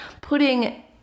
putting